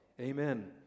amen